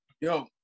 Yo